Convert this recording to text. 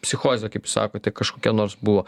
psichozė kaip jūs sakote kažkokia nors buvo